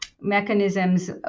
mechanisms